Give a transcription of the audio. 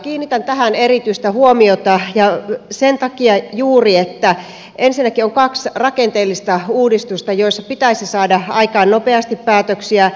kiinnitän tähän erityistä huomiota sen takia juuri että ensinnäkin on kaksi rakenteellista uudistusta joissa pitäisi saada aikaan nopeasti päätöksiä